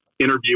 interview